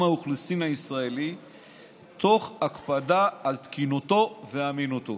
האוכלוסין הישראלי תוך הקפדה על תקינותו ואמינותו.